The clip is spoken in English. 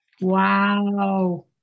Wow